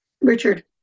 Richard